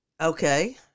Okay